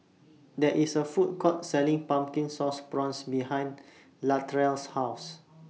There IS A Food Court Selling Pumpkin Sauce Prawns behind Latrell's House